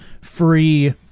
free